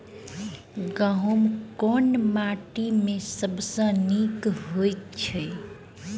गहूम केँ माटि मे सबसँ नीक होइत छै?